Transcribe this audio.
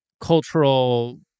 cultural